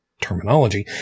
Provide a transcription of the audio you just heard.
terminology